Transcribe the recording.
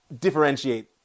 differentiate